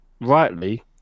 rightly